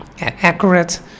accurate